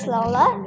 Lola